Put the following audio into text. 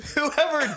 Whoever